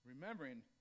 Remembering